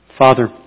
Father